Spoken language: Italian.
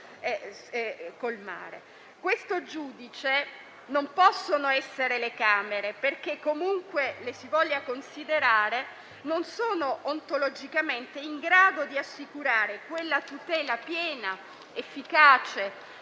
Questo giudice non possono essere le Camere, perché, comunque le si voglia considerare, non sono ontologicamente in grado di assicurare tutela piena, efficace